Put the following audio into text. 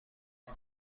این